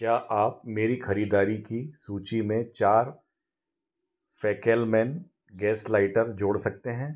क्या आप मेरी खरीददारी की सूची में चार फैकेलमैन गैस लाइटर जोड़ सकते हैं